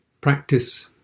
practice